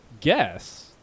guess